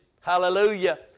Hallelujah